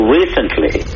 recently